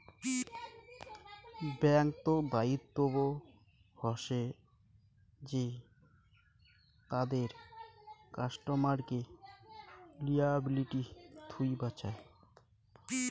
ব্যাঙ্ক্ত দায়িত্ব হসে যে তাদের কাস্টমারকে লিয়াবিলিটি থুই বাঁচায়